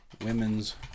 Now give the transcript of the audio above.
Women's